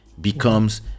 becomes